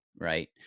Right